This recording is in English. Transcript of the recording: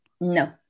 No